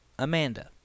Amanda